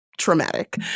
traumatic